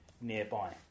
nearby